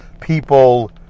people